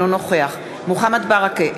אינו נוכח מוחמד ברכה,